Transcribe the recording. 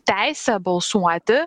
teisė balsuoti